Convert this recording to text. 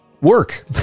work